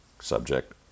subject